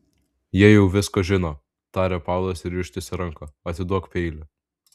jie jau viską žino tarė paulas ir ištiesė ranką atiduok peilį